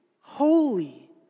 holy